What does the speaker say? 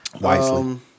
Wisely